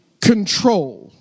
control